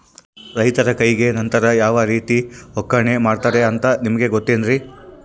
ರೈತರ ಕೈಗೆ ನಂತರ ಯಾವ ರೇತಿ ಒಕ್ಕಣೆ ಮಾಡ್ತಾರೆ ಅಂತ ನಿಮಗೆ ಗೊತ್ತೇನ್ರಿ?